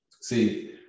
See